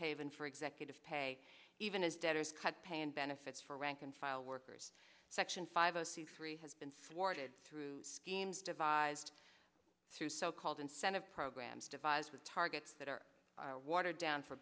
haven for executive pay even as debtors cut pay and benefits for rank and file workers section five a c three has been sworn to through schemes devised through so called incentive programs devised with targets that are watered down for